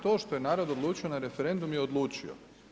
To što je narod odlučio na referendumu je odlučio.